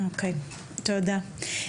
אוקיי, תודה.